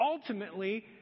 ultimately